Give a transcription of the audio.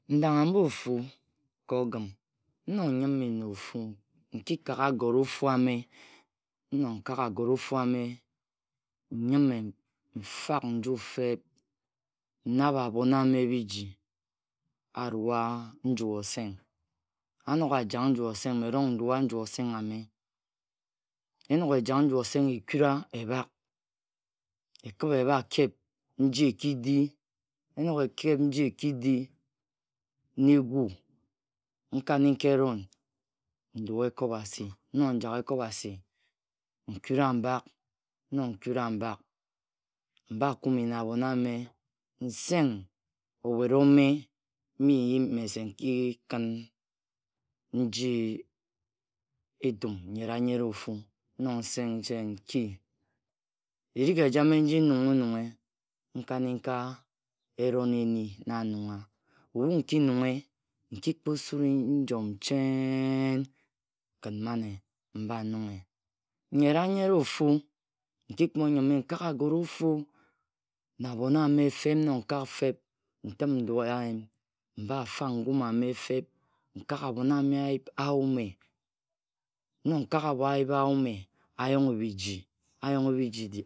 Nrangha mba ofu ka ogin, nnog nyime na ofu, nki Kare agore ofu. Nnok kare agore ofu ame njime, nfag nju feb, nnabhe abhon ame biji, aqua nju-oseng. Anogha ajak nju-osang mme erong nrua nju-oseng ame. Enog ejak nju-oseng ekura ebhak, ekibha ebha-kep nji eki-di, enog ekep nji ekidi, na egu, nkani-nka eron nrua ekobhasi. Nnog njang ekobhasi nkura mbak, nnog nkura, mba kume na abhon ame. Nseng owet ome mbi nyi mese nkikin nji etum nyera-nyera ofu. Nnog nseng Aki chen nki. Erig ejame njinungha- onunghe, nkaninka eron-eni nrungha Ebhu nki-nunghe, nkikpo sure nyom cheen kin mane mba nunghe. Nyera-nyere ofu aki-kpo-njime, nkag agore ofu na abhon ame feb, nnok nkag feb, ntim- nrua nyun. mba fag ngum ame feb. Nkak abhon ame ayip ayume. Nnog nkag abho ayip ayume, ayonghe biji, ayonghe biji